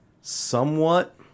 Somewhat